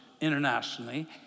internationally